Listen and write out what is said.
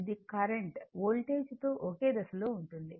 ఇది current voltage తో ఒకే దశలో ఉంటుంది